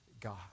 God